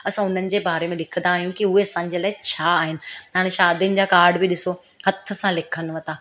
असां उन्हनि जे बारे में लिखंदा आहियूं की उहे असांजे लाइ छा आहिनि हाणे शादीनि जा काड बि ॾिसो हथु सां लिखनिव था